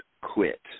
quit